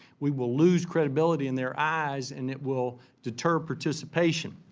we will lose credibility in their eyes and it will deter participation.